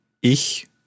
ich